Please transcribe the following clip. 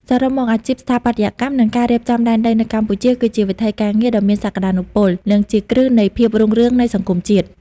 សរុបមក អាជីពស្ថាបត្យកម្ម និងការរៀបចំដែនដីនៅកម្ពុជា គឺជាវិថីការងារដ៏មានសក្ដានុពល និងជាគ្រឹះនៃភាពរុងរឿងនៃសង្គមជាតិ។